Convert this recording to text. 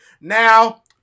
Now